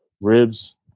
Ribs